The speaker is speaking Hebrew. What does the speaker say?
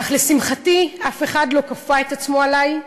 אך לשמחתי אף אחד לא כפה את עצמו עלי,